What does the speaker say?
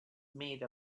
made